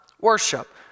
worship